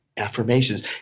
affirmations